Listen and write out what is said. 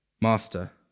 Master